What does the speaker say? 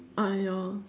!aiyo!